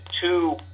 two